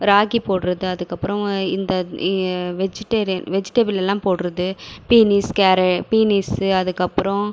ராகி போடுறது அதுக்கப்பறம் இந்த வெஜிடேரியன் வெஜிடபுள் எல்லாம் போடுறது பீனிஸ் கேரட் பீனிஸ்ஸு அதுக்கப்புறம்